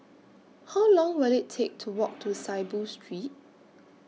How Long Will IT Take to Walk to Saiboo Street